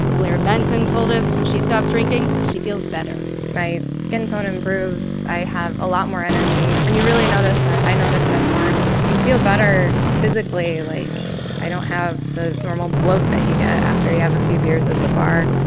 blair benson told us when she stops drinking, she feels better my skin tone improves. i have a lot more energy. and you really notice i notice that more you feel better physically. like, i don't have the normal bloat that you get after you have a few beers at the bar.